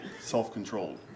self-controlled